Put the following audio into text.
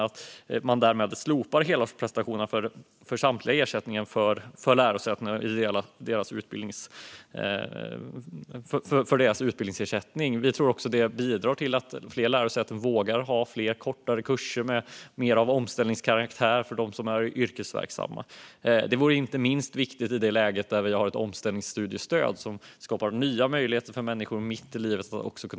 Man slopar därmed hela prestationen i fråga om lärosätenas samtliga utbildningsersättningar. Vi tror också att det bidrar till att fler lärosäten vågar ha fler kortare kurser med mer av omställningskaraktär för dem som är yrkesverksamma. Det vore inte minst viktigt i det läge där vi har ett omställningsstudiestöd som skapar nya möjligheter för människor mitt i livet att ställa om.